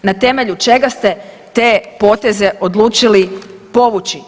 Na temelju čega ste te poteze odlučili povući?